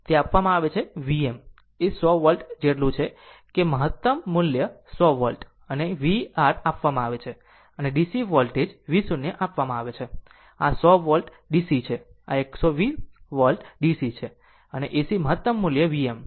તે આપવામાં આવે છે Vm એ 100 વોલ્ટ જેટલું છે કે મહત્તમ મૂલ્ય 100 વોલ્ટ અને V r આપવામાં આવે છે અને DC વોલ્ટેજ V0 આપવામાં આવે છે આ 100 વોલ્ટ DC છે આ 120 વોલ્ટ DC છે અને AC મહત્તમ મુલ્ય Vm